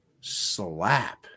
Slap